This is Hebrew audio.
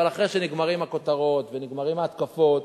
אבל אחרי שנגמרות הכותרות ונגמרות ההתקפות,